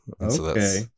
Okay